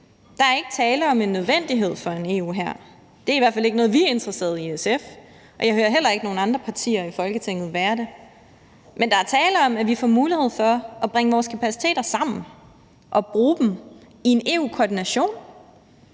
Der er ikke tale om en nødvendighed for en EU-hær – det er i hvert fald ikke noget, vi i SF er interesserede i, og jeg hører heller ikke nogen andre partier i Folketinget være det. Men der er tale om, at vi får mulighed for at bringe vores kapaciteter sammen og bruge dem i en EU-koordination